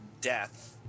death